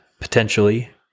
potentially